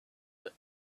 the